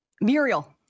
muriel